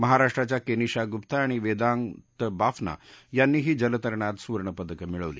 महाराष्ट्राच्या केनिशा गुप्ता आणि वेदांत बाफना यांनीही जलतरणात सुवर्णपदकं मिळवलं